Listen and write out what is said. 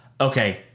okay